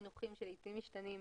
ממילא אנחנו לא מסיימים